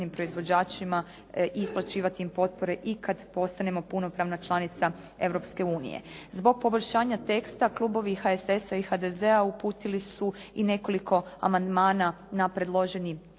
proizvođačima i isplaćivati im potpore i kada postanemo punopravna članica Europske unije. Zbog poboljšanja teksta klubovi HSS-a i HDZ-a uputili su i nekoliko amandmana na predloženi